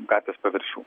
gatvės paviršių